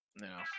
no